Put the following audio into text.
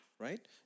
right